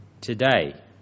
today